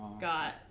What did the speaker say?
got